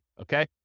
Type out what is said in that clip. okay